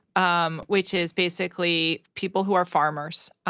um which is basically people who are farmers,